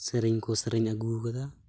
ᱥᱮᱨᱮᱧ ᱠᱚ ᱨᱥᱮᱨᱮᱧ ᱟᱹᱜᱩᱣᱟᱠᱟᱫᱟ